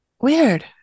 Weird